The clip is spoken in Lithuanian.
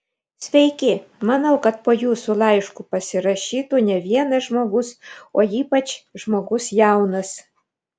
sveiki manau kad po jūsų laišku pasirašytų ne vienas žmogus o ypač žmogus jaunas